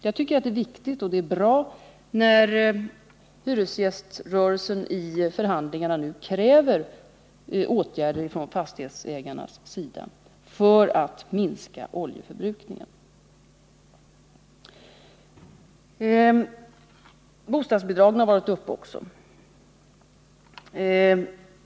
Jag tycker att det är av värde med tanke på att hyresgäströrelsen i förhandlingarna med fastighetsägarna nu kräver åtgärder från dessa för att minska oljeförbrukningen. Också bostadsbidragen har varit uppe till diskussion.